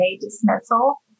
dismissal